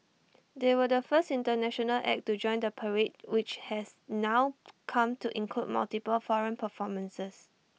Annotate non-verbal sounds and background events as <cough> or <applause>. <noise> they were the first International act to join the parade which has now <noise> come to include multiple foreign performances